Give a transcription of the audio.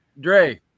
Dre